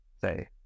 say